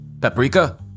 Paprika